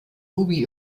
ruby